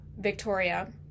Victoria